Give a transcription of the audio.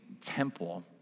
temple